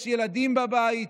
יש ילדים בבית.